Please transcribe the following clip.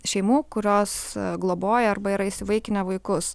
šeimų kurios globoja arba yra įsivaikinę vaikus